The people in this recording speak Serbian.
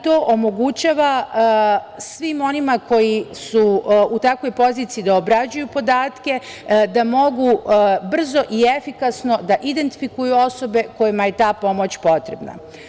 To omogućava svima onima koji su u takvoj poziciji da obrađuju podatke, da mogu brzo i efikasno da identifikuju osobe kojima je ta pomoć potrebna.